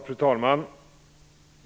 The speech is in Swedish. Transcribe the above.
Fru talman!